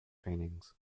paintings